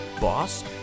boss